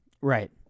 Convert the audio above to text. right